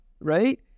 Right